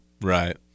Right